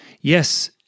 Yes